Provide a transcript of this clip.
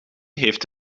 heeft